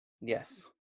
Yes